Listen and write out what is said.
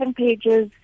pages